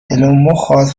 میخاد